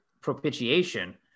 propitiation